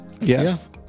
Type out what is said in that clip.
Yes